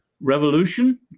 revolution